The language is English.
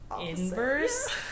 inverse